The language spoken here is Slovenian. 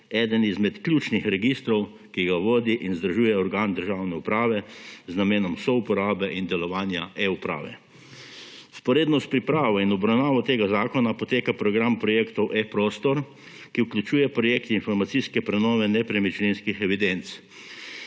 eden izmed ključnih registrov, ki ga vodi in vzdržuje organ državne uprave z namenom souporabe in delovanja e-uprave. Vzporedno s pripravo in obravnavo tega zakona poteka program projektov eProstor, ki vključuje projekt informacijske prenove nepremičninskih evidenc.